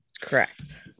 Correct